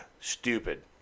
Stupid